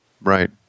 Right